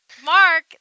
Mark